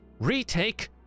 retake